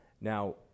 Now